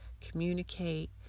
communicate